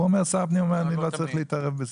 פה אומר שר הפנים: לא רוצה להתערב בזה.